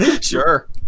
Sure